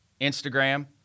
Instagram